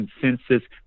consensus